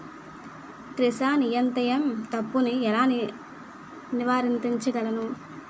Chrysanthemum తప్పును ఎలా నియంత్రించగలను?